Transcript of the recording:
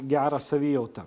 gerą savijautą